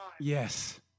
Yes